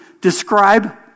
describe